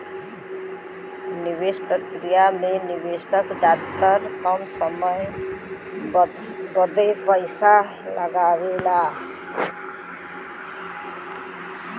निवेस प्रक्रिया मे निवेशक जादातर कम समय बदे पइसा लगावेला